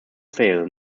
fail